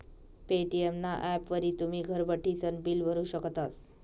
Paytm ना ॲपवरी तुमी घर बठीसन बिल भरू शकतस